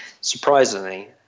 surprisingly